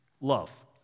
love